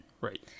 Right